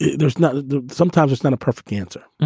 there's not. sometimes it's not a perfect answer.